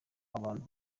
abantu